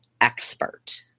expert